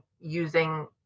using